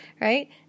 right